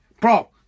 bro